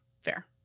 Fair